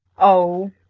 oh,